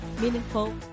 meaningful